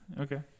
Okay